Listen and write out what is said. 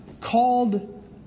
called